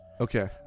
Okay